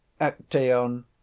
Actaeon